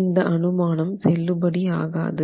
இந்த அனுமானம் செல்லுபடி ஆகாது